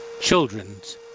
children's